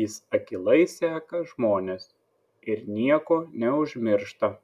jis akylai seka žmones ir nieko neužmiršta